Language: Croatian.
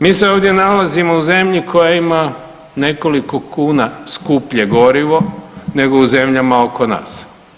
Mi se ovdje nalazimo u zemlji koja ima nekoliko kuna skuplje gorivo nego u zemljama oko nas.